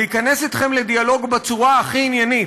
להיכנס אתכם לדיאלוג בצורה הכי עניינית.